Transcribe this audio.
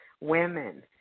women